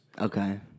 Okay